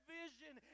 vision